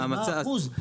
מה האחוז,